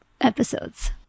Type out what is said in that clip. episodes